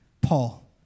Paul